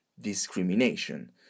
discrimination